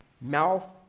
mouth